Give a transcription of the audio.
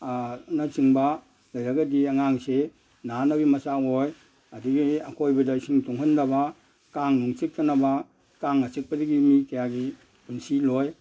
ꯅ ꯆꯤꯡꯕ ꯂꯩꯔꯒꯗꯤ ꯑꯉꯥꯡꯁꯤ ꯅꯥꯅꯕꯒꯤ ꯃꯆꯥꯛ ꯑꯣꯏ ꯑꯗꯒꯤ ꯑꯀꯣꯏꯕꯗ ꯏꯁꯤꯡ ꯇꯨꯡꯍꯟꯗꯕ ꯀꯥꯡꯅꯨꯡ ꯆꯤꯛꯇꯅꯕ ꯀꯥꯡꯅ ꯆꯤꯛꯄꯗꯒꯤ ꯃꯤ ꯀꯌꯥꯒꯤ ꯄꯨꯟꯁꯤ ꯂꯣꯏ